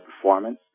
performance